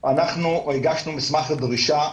אנחנו הגשנו מסמך דרישה.